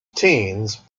teens